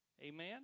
Amen